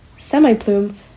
semi-plume